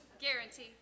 Guarantee